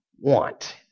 want